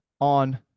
on